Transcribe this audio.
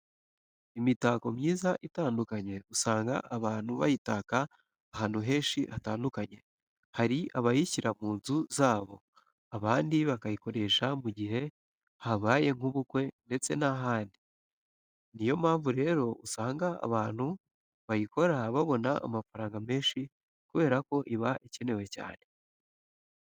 Imitako myiza itandukanye usanga abantu bayitaka ahantu henshi hatandukanye. Hari abayishyira mu nzu zabo, abandi bakayikoresha mu gihe habaye nk'ubukwe ndetse n'ahandi. Ni yo mpamvu rero usanga abantu bayikora babona amafaranga menshi kubera ko iba ikenewe cyane.